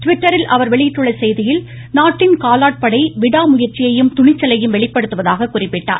டிவிட்டரில் அவர் வெளியிட்டுள்ள செய்தியில் நாட்டின் காலாட்படை விடாமுயந்சியையும் துணிச்சலையும் வெளிப்படுத்துவதாகக் குறிப்பிட்டுள்ளார்